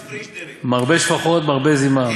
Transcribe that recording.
מרבה שפחות, מרבה זימה.